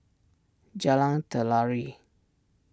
Jalan Telawi